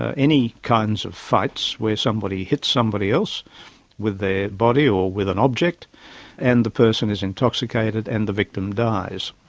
ah any kinds of fights where somebody hits somebody else with their body or with an object and the person is intoxicated and the victim dies.